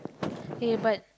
K but